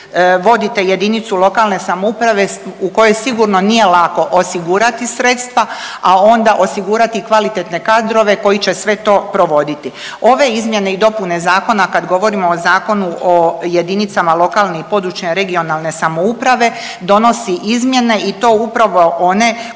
vodite JLS u kojoj sigurno nije lako osigurati sredstva, a onda osigurati i kvalitetne kadrove koji će sve to provoditi. Ove izmjene i dopune zakona kad govorimo o Zakonu o jedinicama lokalne i područne regionalne samouprave donosi izmjene i to upravo one koje